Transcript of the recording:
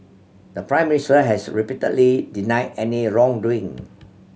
the Prime Minister has repeatedly denied any wrongdoing